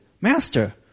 Master